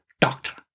doctor